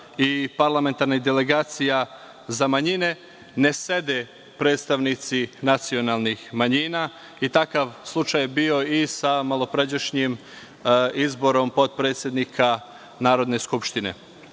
i parlamentarnih delegacija za manjine ne sede predstavnici nacionalnih manjina. Takav slučaj je bio i sa malopređašnjim izborom potpredsednika Narodne skupštine.